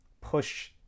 push